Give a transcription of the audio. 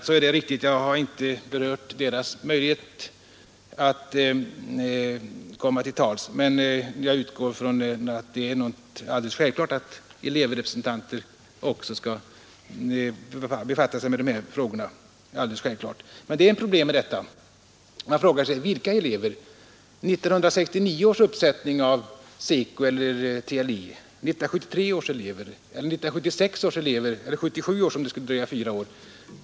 Det är riktigt att jag inte berört deras möjlighet att komma till tals, men jag utgår ifrån att det är alldeles självklart att elevrepresentanter också skall befatta sig med dessa frågor. Det är emellertid ett problem med detta. Man frågar sig: Vilka elever? 1969 års uppsättning av SECO eller TLE? 1973 års elever eller 1977 års elever, om det skulle dröja fyra år?